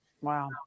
Wow